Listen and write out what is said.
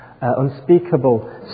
Unspeakable